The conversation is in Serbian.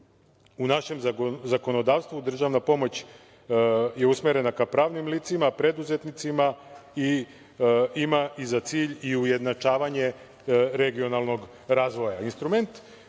U našem zakonodavstvu državna pomoć je usmerena ka pravnim licima, preduzetnicima i ima za cilj i ujednačavanje regionalnog